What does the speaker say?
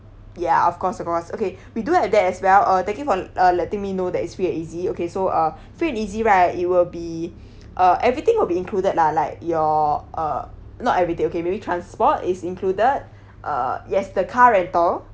ya of course of course okay we do have that as well uh thank you for uh letting me know that is free and easy okay so uh free and easy right it will be uh everything will be included lah like your uh not everything okay maybe transport is included uh yes the car rental